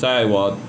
在我